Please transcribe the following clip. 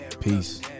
Peace